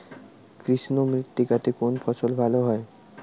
কৃষ্ণ মৃত্তিকা তে কোন ফসল ভালো হয়?